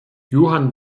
johann